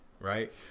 Right